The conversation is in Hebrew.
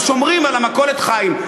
אז שומרים על "מכולת חיים".